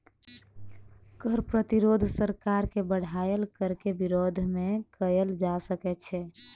कर प्रतिरोध सरकार के बढ़ायल कर के विरोध मे कयल जा सकैत छै